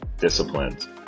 disciplines